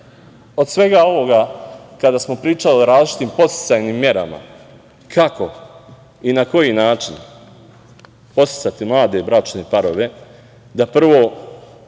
od svega ovoga kada smo pričali o različitim podsticajnim merama kako i na koji način podsticati mlade bračne parove, da prvo,